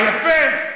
יפה.